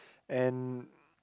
and